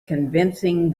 convincing